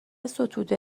ستوده